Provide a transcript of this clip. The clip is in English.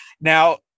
now